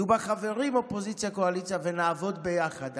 יהיו בה חברים מאופוזיציה וקואליציה, ונעבוד ביחד.